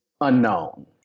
unknown